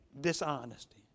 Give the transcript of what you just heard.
dishonesty